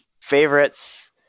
favorites